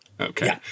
Okay